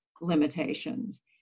limitations